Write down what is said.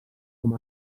com